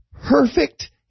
perfect